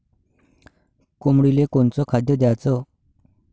कोंबडीले कोनच खाद्य द्याच?